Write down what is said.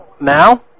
Now